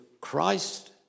Christ